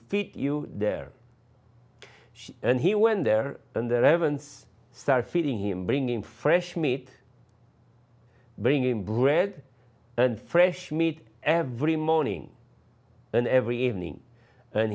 feet you there and he went there and the reverence start feeding him bringing fresh meat bringing bread and fresh meat every morning and every evening and